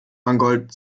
mangold